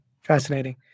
Fascinating